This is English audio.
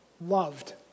loved